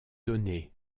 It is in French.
donné